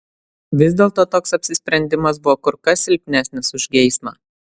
vis dėlto toks apsisprendimas buvo kur kas silpnesnis už geismą